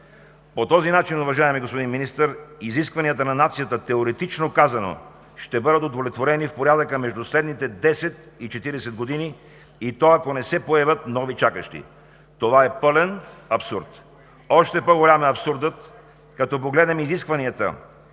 По този начин, уважаеми господин Министър, изискванията на нацията, теоретично казано, ще бъдат удовлетворени в порядъка между следните 10 и 40 години, и то ако не се появят нови чакащи. Това е пълен абсурд! Още по-голям е абсурдът, като погледнем изискванията